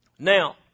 Now